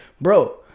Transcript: Bro